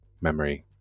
memory